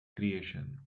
creation